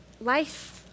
life